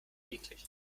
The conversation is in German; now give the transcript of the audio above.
eklig